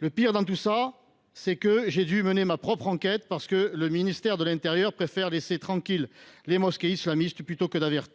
Le pire dans tout cela, c’est que j’ai dû mener ma propre enquête, parce que le ministère de l’intérieur préfère laisser tranquille les mosquées islamistes plutôt que d’avertir